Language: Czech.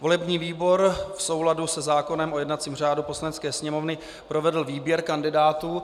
Volební výbor v souladu se zákonem o jednacím řádu Poslanecké sněmovny provedl výběr kandidátů.